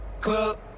club